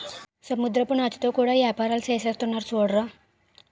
సముద్రపు నాచుతో కూడా యేపారాలు సేసేస్తున్నారు సూడరా